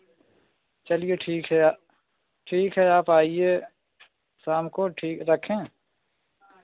चलिए ठीक है ठीक है आप आइए शाम को ठीक रखें